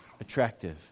attractive